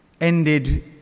ended